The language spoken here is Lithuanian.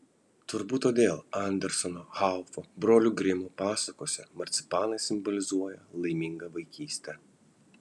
turbūt todėl anderseno haufo brolių grimų pasakose marcipanai simbolizuoja laimingą vaikystę